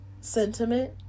sentiment